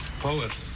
poet